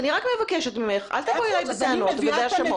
אני רק מבקשת ממך, אל תבואי אלי בטענות ובהאשמות.